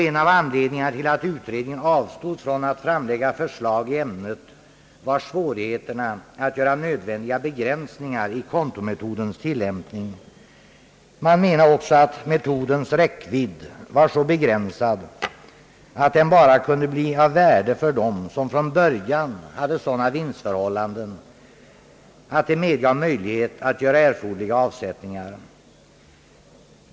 En av anledningarna till att utredningen avstod från att framlägga förslag i ämnet var svårigheterna att göra nödvändiga begränsningar i kontometodens tillämpning. Man menade också att metodens räckvidd var så begränsad, att den bara kunde bli av värde för dem som från början hade sådana vinstförhållanden att möjlighet fanns att göra erforderliga avsättningar.